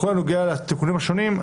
בכל הנוגע לתיקונים השונים,